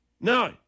No